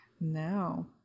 No